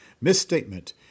Misstatement